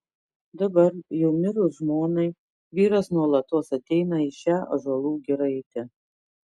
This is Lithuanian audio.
dabar jau mirus žmonai vyras nuolatos ateina į šią ąžuolų giraitę